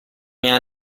mia